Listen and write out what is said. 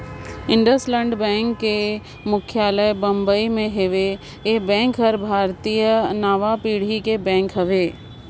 IndusInd bank के मुख्यालय बंबई मे हेवे, ये बेंक हर भारतीय नांवा पीढ़ी के बेंक हवे